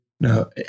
no